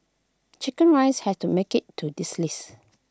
Chicken Rice had to make IT to this list